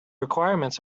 requirements